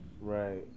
right